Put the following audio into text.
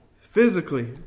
physically